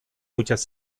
muchas